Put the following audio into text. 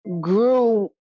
grew